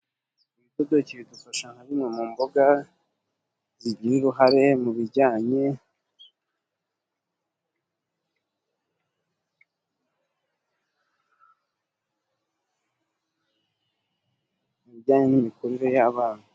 Ibidodoki bidufasha nka zimwe mu mboga zigira uruhare mu bijyanye n'imikurire y'bana.